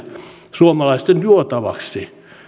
suomalaisten juotavaksi